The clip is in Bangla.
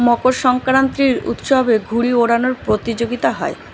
মকর সংক্রান্তির উৎসবে ঘুড়ি ওড়ানোর প্রতিযোগিতা হয়